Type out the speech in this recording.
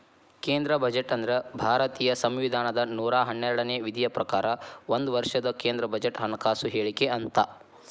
ಕೇಂದ್ರ ಬಜೆಟ್ ಅಂದ್ರ ಭಾರತೇಯ ಸಂವಿಧಾನದ ನೂರಾ ಹನ್ನೆರಡನೇ ವಿಧಿಯ ಪ್ರಕಾರ ಒಂದ ವರ್ಷದ ಕೇಂದ್ರ ಬಜೆಟ್ ಹಣಕಾಸು ಹೇಳಿಕೆ ಅಂತ